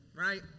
right